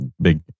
big